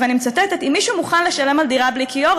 ואני מצטטת: אם מישהו מוכן לשלם על דירה בלי כיור,